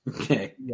Okay